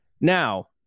Now